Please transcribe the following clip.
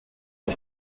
der